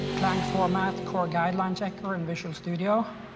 client format, core guideline check over in visual studio,